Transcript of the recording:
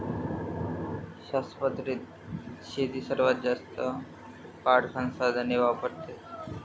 शाश्वत शेती सर्वात जास्त काळ संसाधने वापरते